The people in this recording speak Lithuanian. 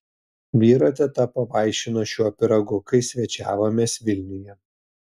vyro teta pavaišino šiuo pyragu kai svečiavomės vilniuje